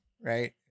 right